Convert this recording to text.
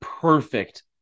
perfect